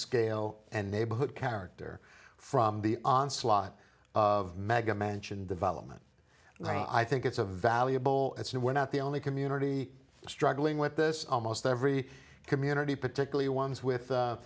scale and neighborhood character from the onslaught of maggie mentioned development i think it's a valuable as and we're not the only community struggling with this almost every community particularly ones with